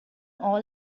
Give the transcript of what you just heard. all